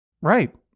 Right